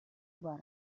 бар